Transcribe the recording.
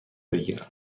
بگیرم